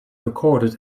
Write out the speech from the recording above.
recorded